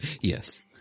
Yes